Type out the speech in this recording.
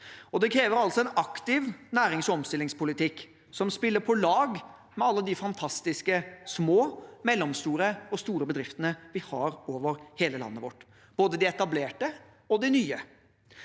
Det krever en aktiv nærings- og omstillingspolitikk som spiller på lag med alle de fantastiske små, mellomstore og store bedriftene vi har over hele landet vårt, både de etablerte og de nye.